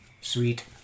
Sweet